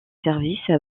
services